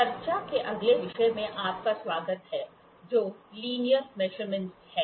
चर्चा के अगले विषय में आपका स्वागत है जो लिनियर मेजरमेंट है